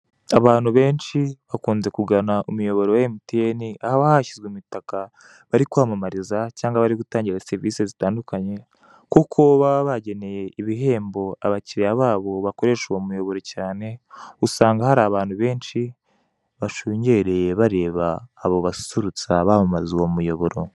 Abantu benshi bakunze kugana umuyoboro wa emutiyene ahaba hashizwe umutaka barikwamamariza cyangwa bari gutangira serivise zitandukanye kuko baba bageneye ibihembo abakiliya babo bakoresha uwo muyoboro cyane, usanga hari abantu benshi bashungereye bareba abo basusurutsa bamamaza uwo muyoboro.